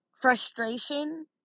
Frustration